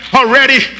already